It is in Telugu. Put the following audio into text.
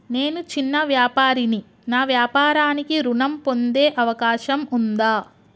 నేను చిన్న వ్యాపారిని నా వ్యాపారానికి ఋణం పొందే అవకాశం ఉందా?